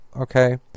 okay